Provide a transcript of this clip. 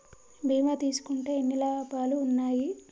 బీమా తీసుకుంటే ఎన్ని లాభాలు ఉన్నాయి?